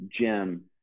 Jim